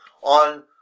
on